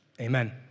Amen